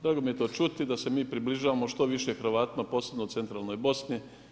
Drago mi je to čuti da se mi približavamo što više Hrvatima posebno u centralnoj Bosni.